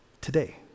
today